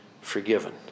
forgiven